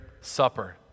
supper